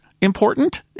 important